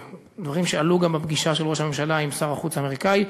דברים שעלו גם בפגישה של ראש הממשלה עם שר החוץ האמריקני.